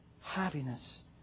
happiness